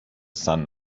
sun